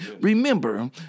Remember